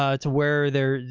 ah to where they're,